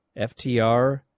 FTR